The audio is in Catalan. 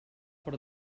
per